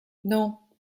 non